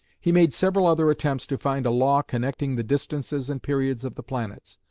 he made several other attempts to find a law connecting the distances and periods of the planets,